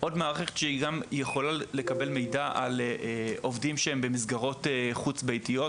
שגם יכולה לקבל מידע על עובדים שהם במסגרות חוץ-ביתיות,